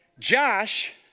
Josh